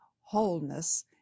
wholeness